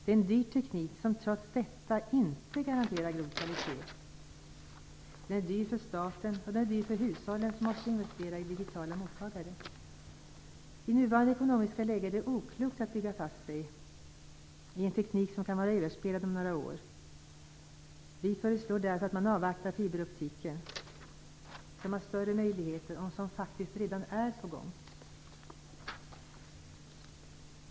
Trots att denna teknik är dyr garanterar den inte god kvalitet. Den är dyr för staten, och den är dyr för hushållen eftersom de måste investera i digitala mottagare. I nuvarande ekonomiska läge är det oklokt att bygga fast sig i en teknik som kan vara överspelad om några år. Vi föreslår därför att man avvaktar fiberoptiken som har större möjligheter och som faktiskt redan är på gång.